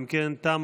אם כן, תמה